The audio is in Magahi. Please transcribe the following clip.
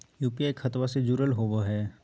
यू.पी.आई खतबा से जुरल होवे हय?